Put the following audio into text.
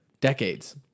Decades